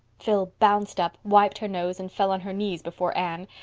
phil bounced up, wiped her nose, and fell on her knees before anne.